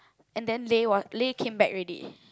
and then Lei will Lei came back ready